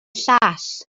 llall